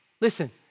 Listen